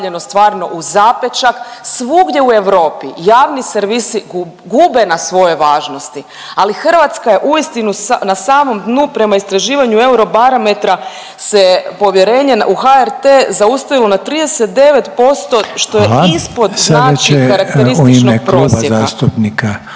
Hrvatska je uistinu na samom dnu prema istraživanju Eurobarometra se povjerenje u HRT zaustavilo na 39% što je …/Upadica Reiner: Hvala./… ispod znači karakterističnog prosjeka